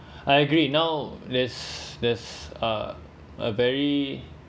I agreed now there’s there's a a very